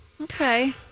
Okay